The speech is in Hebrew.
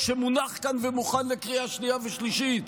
שמונח כאן ומוכן לקריאה שנייה ושלישית.